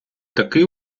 такий